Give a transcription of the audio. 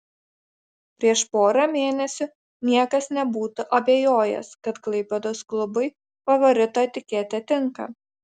prieš porą mėnesių niekas nebūtų abejojęs kad klaipėdos klubui favorito etiketė tinka